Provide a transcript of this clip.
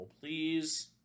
please